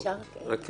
אם אפשר לפני